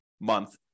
month